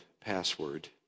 password